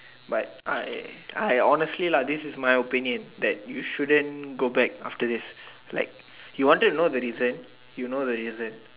but I I honestly lah this is my opinion that you shouldn't go back after this like you wanted to know the reason you know the reason